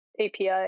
api